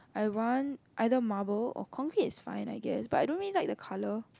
I want either marble or concrete is fine I guess but I don't really like the colour